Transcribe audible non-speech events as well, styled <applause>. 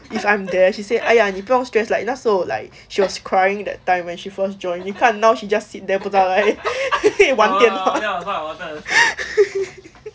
if I'm there she say !aiya! 你不用 stress like 那时候 like she was crying that time when she first joined 你看 now she just sit there 不知道在玩电话 <laughs>